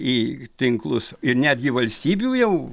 į tinklus ir netgi valstybių jau